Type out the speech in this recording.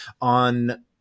on